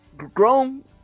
grown